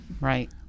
Right